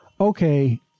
okay